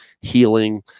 healing